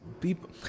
people